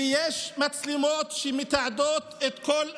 ויש מצלמות שמתעדות את כל האירוע.